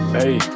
Hey